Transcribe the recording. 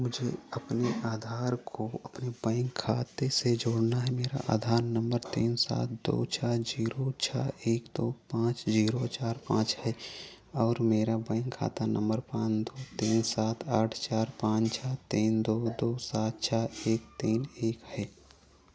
मुझे अपने आधार को अपने बैंक खाते से जोड़ना है मेरा आधार नम्बर तीन सात दो छः जीरो छः एक दो पाँच जीरो चार पाँच है और मेरा बैंक खाता नम्बर पाँच दो तीन सात आयात चार पाँच छः तीन दो दो सात छः एक तीन एक है